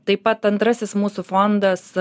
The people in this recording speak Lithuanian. taip pat antrasis mūsų fondas